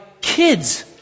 kids